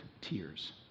tears